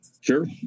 Sure